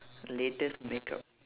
latest makeup